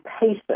patient